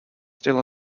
still